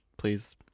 Please